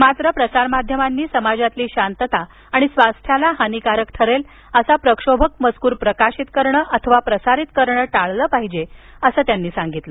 मात्र प्रसार माध्यमांनी समाजातील शांतता आणि स्वास्थ्याला हानिकारक ठरेल असा प्रक्षोभक मजकूर प्रकाशित करणं अथवा प्रसारित करणं टाळल पाहिजे असं त्यांनी सांगितलं